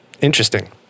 interesting